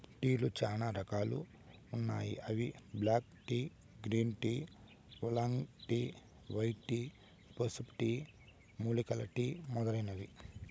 టీలు చానా రకాలు ఉన్నాయి అవి black tea, green tea, oolong tea, white tea, పసుపు టీ, మూలికల టీ మొదలైనవి